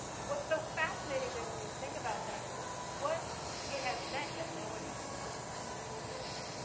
what's so fascinating, then, when you think about that is what it has meant that no one has known that all these years.